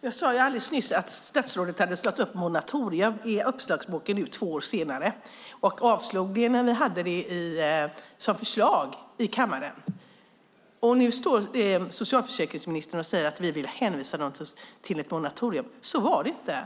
Fru talman! Jag sade alldeles nyss att statsrådet nu två år senare har slagit upp ordet moratorium i uppslagsboken men att man avslog det när vi hade det som förslag i kammaren. Nu står socialförsäkringsministern och säger att vi vill hänvisa människor till ett moratorium. Så var det inte.